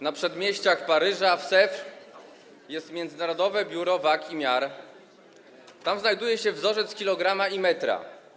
Na przedmieściach Paryża w Sevres jest Międzynarodowe Biuro Miar i Wag, tam znajduje się wzorzec kilograma i metra.